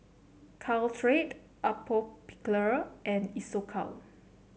Caltrate Atopiclair and Isocal